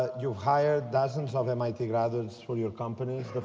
ah you've hired dozens of mit graduates for your companies.